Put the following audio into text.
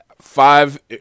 Five